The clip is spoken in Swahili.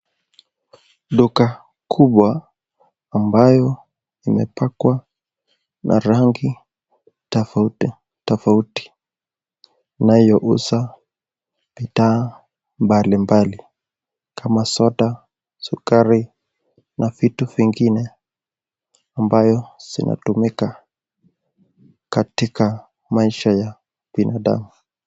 Duka kubwa ambayo imepakwa rangi tafauti tafauti inayouza bidhaa mbalimbali kama soda, sukari na vitu vingine ambayo zinatumika katika maisha ya binadamu.